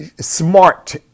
smart